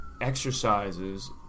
exercises